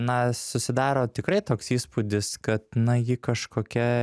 na susidaro tikrai toks įspūdis kad na ji kažkokia